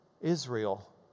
Israel